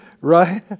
right